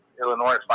Illinois